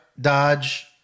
Dodge